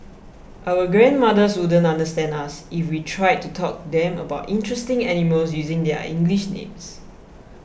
our grandmothers wouldn't understand us if we tried to talk to them about interesting animals using their English names